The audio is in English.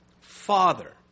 Father